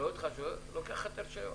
רואה אותך, לוקח לך את הרישיון.